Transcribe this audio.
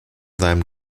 seinem